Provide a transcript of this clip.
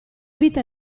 vita